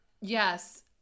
Yes